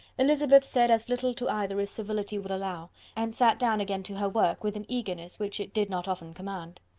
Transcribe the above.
elizabeth said as to either as civility would allow, and sat down again to her work, with an eagerness which it did not often command.